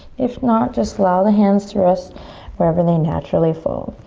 if not, just allow the hands to rest wherever they naturally fold.